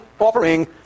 Offering